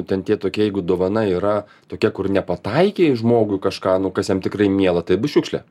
ten tie tokie jeigu dovana yra tokia kur nepataikei žmogui kažką nu kas jam tikrai miela tai bus šiukšlė